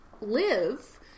live